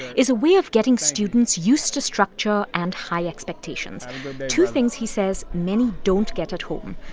is a way of getting students used to structure and high expectations two things, he says, many don't get at home.